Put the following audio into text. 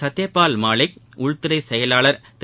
சத்யபால் மாலிக் உள்துறை செயலர் திரு